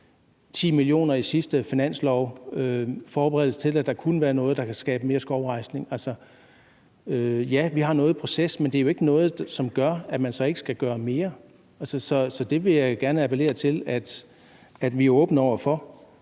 10 mio. kr. i sidste finanslov – som forberedelse til, at der kunne være noget, der kunne skabe mere skovrejsning. Så ja, vi har noget i proces, men det er jo ikke noget, som gør, at man så ikke skal gøre mere. Så det vil jeg gerne appellere til at vi er åbne over for.